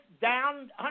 down